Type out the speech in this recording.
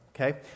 okay